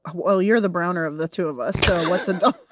ah well you're the browner of the two of us so what's a dal?